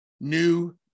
new